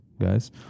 guys